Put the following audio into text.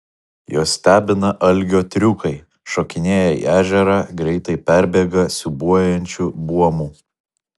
juos stebina algio triukai šokinėja į ežerą greitai perbėga siūbuojančiu buomu